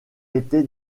été